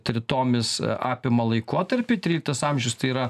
tritomis apima laikotarpį tryliktas amžius tai yra